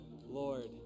lord